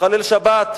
תחלל שבת,